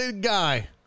guy